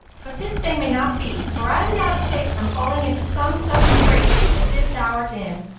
but this thing may not be, for i am not safe from falling into some such strait as this thou art in,